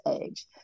age